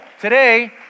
today